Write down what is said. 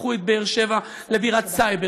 הפכו את באר-שבע לבירת סייבר,